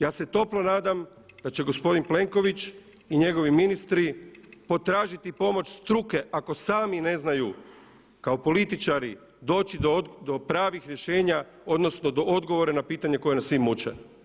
Ja se toplo nadam da će gospodin Plenković i njegovi ministri potražiti pomoć struke ako sami ne znaju kao političari doći do pravih rješenja odnosno do odgovora na pitanja koja nas svi muče.